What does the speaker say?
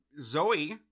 Zoe